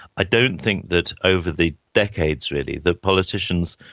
i don't think that over the decades really that politicians,